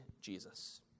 Jesus